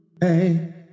hey